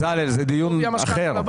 בצלאל, זה דיון אחר.